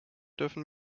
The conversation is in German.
dürfen